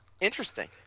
interesting